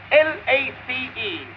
L-A-C-E